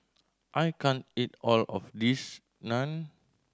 I can't eat all of this Naan